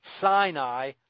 Sinai